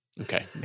Okay